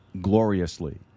gloriously